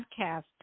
podcast